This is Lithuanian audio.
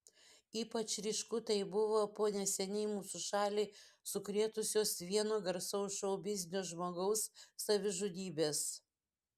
ypač ryšku tai buvo po neseniai mūsų šalį sukrėtusios vieno garsaus šou biznio žmogaus savižudybės